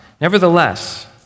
Nevertheless